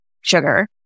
sugar